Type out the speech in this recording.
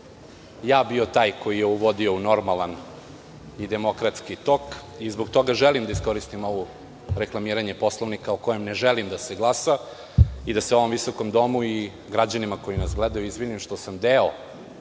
bio taj koji je uvodio u normalan i demokratski tok i zbog tega želim da iskoristim ovo reklamiranje Poslovnika o kojem ne želim da se glasa i da se ovom visokom domu i građanima koji nas gledaju izvinim što sam deo